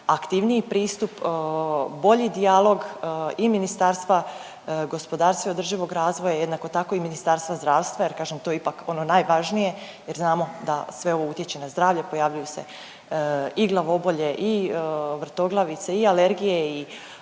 aktivniji pristup, bolji dijalog i Ministarstva gospodarstva i održivog razvoja, jednako tako i Ministarstva zdravstva jer kažem, to je ipak ono najvažnije jer znamo da sve ovo utječe na zdravlje, pojavljuju se i glavobolje i vrtoglavice i alergije i